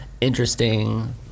interesting